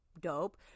dope